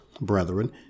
brethren